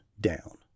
down